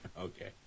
Okay